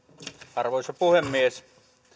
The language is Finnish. arvoisa puhemies